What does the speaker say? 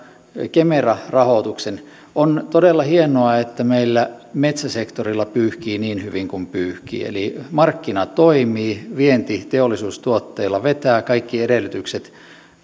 kemera rahoituksen on todella hienoa että meillä metsäsektorilla pyyhkii niin hyvin kuin pyyhkii eli markkina toimii vienti teollisuustuotteilla vetää kaikki edellytykset